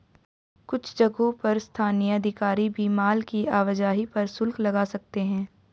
कुछ जगहों पर स्थानीय अधिकारी भी माल की आवाजाही पर शुल्क लगा सकते हैं